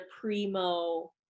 primo